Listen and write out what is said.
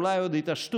אולי עוד יתעשתו,